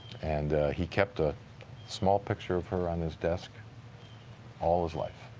and he kept a small picture of her on his desk all his life.